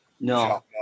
No